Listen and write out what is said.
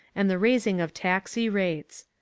and the raising of taxi rates.